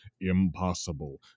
impossible